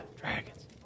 dragons